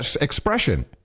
expression